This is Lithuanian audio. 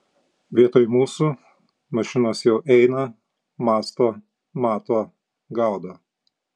vietoj mūsų mašinos jau eina mąsto mato gaudo